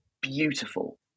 beautiful